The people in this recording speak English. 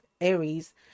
Aries